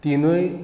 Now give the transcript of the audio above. तिनूय